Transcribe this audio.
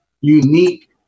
unique